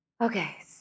Okay